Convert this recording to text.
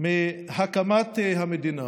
מהקמת המדינה,